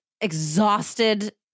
exhausted-